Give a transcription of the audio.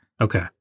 Okay